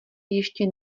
ještě